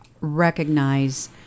recognize